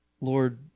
Lord